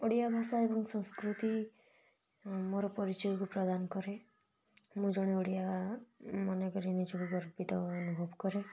ଓଡ଼ିଆ ଭାଷା ଏବଂ ସଂସ୍କୃତି ମୋର ପରିଚୟକୁ ପ୍ରଦାନ କରେ ମୁଁ ଜଣେ ଓଡ଼ିଆ ମନେ କରି ନିଜକୁ ଗର୍ବିତ ଅନୁଭବ କରେ